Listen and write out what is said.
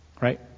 Right